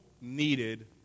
needed